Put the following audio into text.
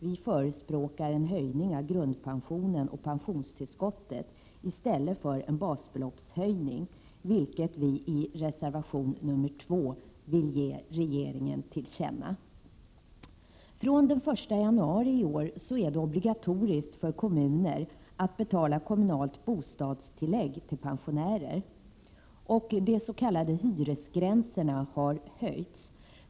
Vi förespråkar en höjning av grundpensionen och pensionstillskottet i stället för en basbeloppshöjning, vilket vi i reservation 2 vill ge regeringen till känna. Från den 1 januari i år är det obligatoriskt för kommuner att betala kommunalt bostadstillägg till pensionärer, och de s.k. hyresgränserna har höjts.